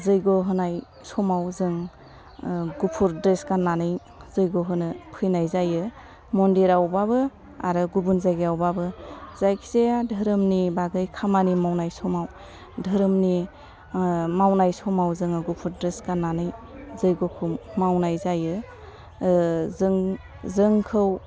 जैग' होनाय समाव जों गुफुर ड्रेस गान्नानै जैग' होनो फैनाय जायो मन्दिरावबाबो आरो गुबुन जायगायावबाबो जायखिजाया धोरोमनि बागै खामानि मावनाय समाव धोरोमनि मावनाय समाव जोङो गुफुर ड्रेस गान्नानै जैग'खौ मावनाय जायो जों जोंखौ